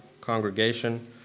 congregation